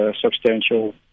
substantial